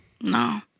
No